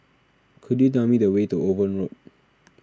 could you tell me the way to Owen Road